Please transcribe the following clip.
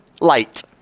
light